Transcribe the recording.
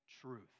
truth